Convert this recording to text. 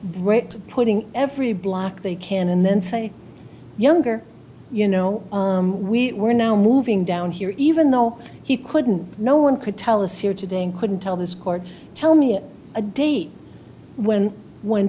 right putting every block they can and then say younger you know we're now moving down here even though he couldn't no one could tell us here today and couldn't tell his court tell me on a date when when